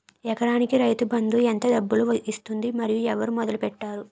ఎకరానికి రైతు బందు ఎంత డబ్బులు ఇస్తుంది? మరియు ఎవరు మొదల పెట్టారు?